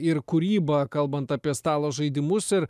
ir kūryba kalbant apie stalo žaidimus ir